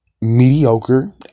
mediocre